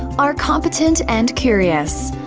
are competent and curious,